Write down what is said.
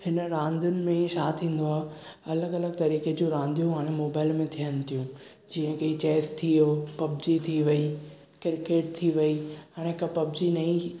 हिन रांदियुनि में छा थींदो आहे अलॻि अलॻि तरीक़े जूं रांदियूं हाणे मोबाइल में थियनि थियूं जीअं कि चेस थी वियो पबजी थी वई किर्केट थी वई हाणे हिकु पबजी नई